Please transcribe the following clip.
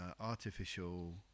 artificial